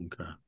okay